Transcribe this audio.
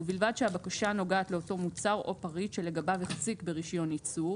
ובלבד שהבקשה נוגעת לאותו מוצר או פריט שלגביו החזיק ברישיון ייצור